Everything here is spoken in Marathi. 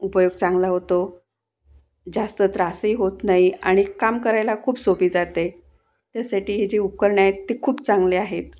उपयोग चांगला होतो जास्त त्रासही होत नाही आणि काम करायला खूप सोपे जाते त्यासाठी हे जे उपकरणे आहेत खूप चांगले आहेत